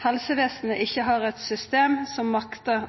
helsevesenet ikkje har eit system som maktar